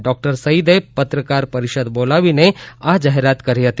doctor સઇદે પત્રકાર પરિષદ બોલાવીને આ જાહેરાત કરી હતી